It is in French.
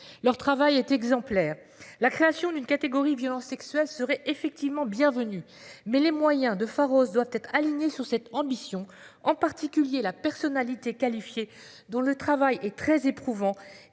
Leur travail est exemplaire. La création d'une catégorie violences sexuelles serait effectivement bienvenue mais les moyens de Pharos doit être aligné sur cette ambition en particulier la personnalité qualifiée dont le travail est très éprouvant